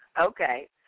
Okay